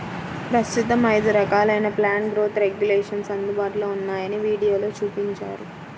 ప్రస్తుతం ఐదు రకాలైన ప్లాంట్ గ్రోత్ రెగ్యులేషన్స్ అందుబాటులో ఉన్నాయని వీడియోలో చూపించారు